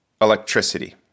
electricity